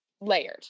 layered